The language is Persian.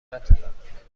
صورتم